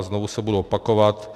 A znovu se budu opakovat.